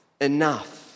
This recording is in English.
enough